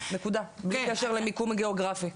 בלי קשר למיקום הגיאוגרפי.